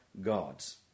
God's